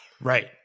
right